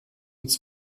uns